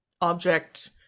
object